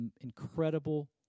incredible